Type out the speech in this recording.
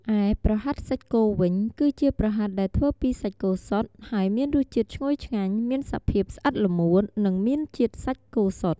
ឯប្រហិតសាច់គោវិញ គឺជាប្រហិតដែលធ្វើពីសាច់គោសុទ្ធ ហើយមានរសជាតិឈ្ងុយឆ្ងាញ់ មានសភាពស្អិតល្មួត និងមានជាតិសាច់គោសុទ្ធ។